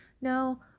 No